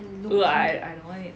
no lah I don't want it to